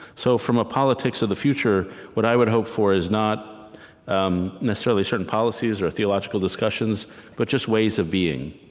so from a politics of the future, what i would hope for is not um necessarily certain policies or theological discussion but just ways of being.